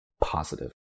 positive